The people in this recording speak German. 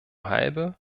halbe